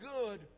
good